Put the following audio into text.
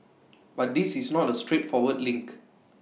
but this is not A straightforward link